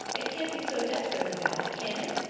it can't be so desperately bad, can it?